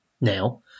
now